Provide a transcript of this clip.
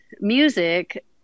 music